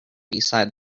beside